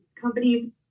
company